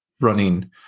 running